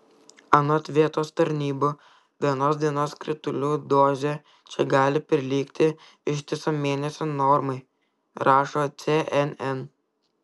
anot vietos tarnybų vienos dienos kritulių dozė čia gali prilygti ištiso mėnesio normai rašo cnn